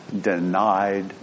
denied